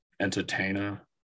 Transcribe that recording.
entertainer